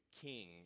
king